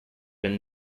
been